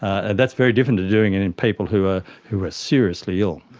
and that's very different to doing it in people who are who are seriously ill.